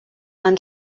han